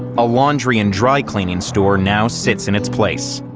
a laundry and dry cleaning store now sits in its place.